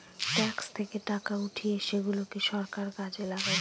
tax থেকে টাকা উঠিয়ে সেগুলাকে সরকার কাজে লাগায়